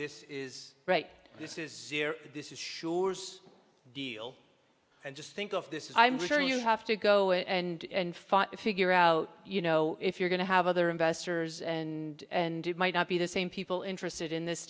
this is right this is zero this is sure deal and just think of this i'm sure you have to go and fight to figure out you know if you're going to have other investors and and it might not be the same people interested in this